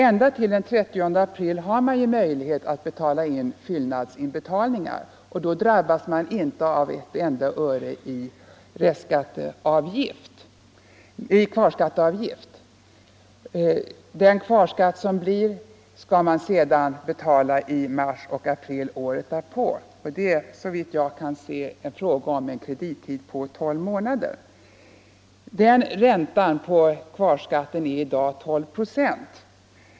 Ända till den 30 april har man ju möjlighet att göra fyllnadsinbetalningar, och då drabbas man inte av ett enda öre i kvarskatteavgift. Den kvarskatt som blir skall man sedan betala i mars och april året därpå. Det är såvitt jag kan se fråga om en kredittid på 12 månader. Räntan på kvarskatten är i dag 12 procent.